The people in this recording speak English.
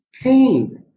pain